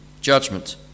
judgment